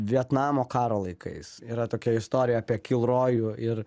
vietnamo karo laikais yra tokia istorija apie kilrojų ir